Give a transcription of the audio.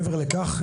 מעבר לכך,